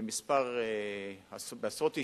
בעשרות יישובים,